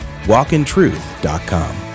walkintruth.com